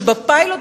שבפיילוט,